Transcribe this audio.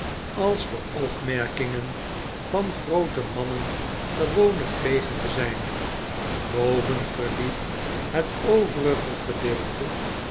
als de opmerkingen van groote mannen gewoonlijk plegen te zijn boven verliep het overige gedeelte